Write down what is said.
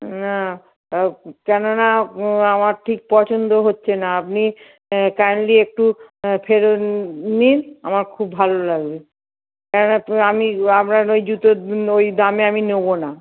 না কেননা আমার ঠিক পছন্দ হচ্ছে না আপনি কাইন্ডলি একটু ফেরত নিন আমার খুব ভালো লাগবে কেননা তো আমি আপনার ওই জুতোর ওই দামে আমি নেবো না